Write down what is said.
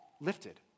lifted